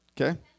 Okay